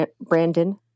Brandon